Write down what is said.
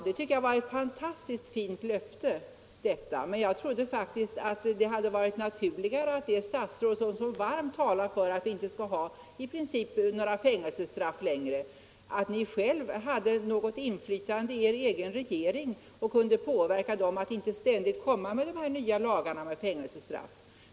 Det tycker jag var ett fantastiskt fint löfte, men jag trodde faktiskt att det statsråd som så varmt talar för att vi i princip inte skall ha några fängelsestraff längre själv hade sådant inflytande i den egna regeringen att ni kunde påverka den att inte ständigt komma med nya lagar som ger fängelsestraff.